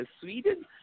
sweden